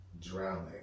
drowning